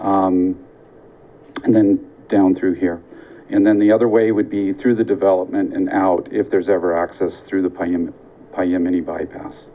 and then down through here and then the other way would be through the development in and out if there's ever access through the